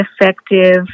effective